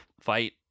fight